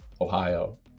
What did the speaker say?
ohio